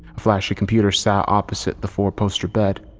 a flashy computer sat opposite the four poster bed.